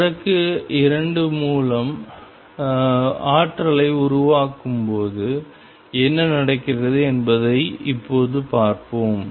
வழக்கு 2 மூலம் ஆற்றலை உருவாக்கும்போது என்ன நடக்கிறது என்பதை இப்போது பார்ப்போம்